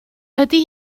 ydy